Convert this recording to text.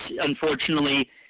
unfortunately